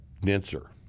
denser